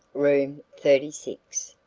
room thirty six.